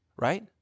Right